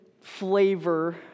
flavor